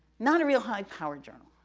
not a real high-powered journal.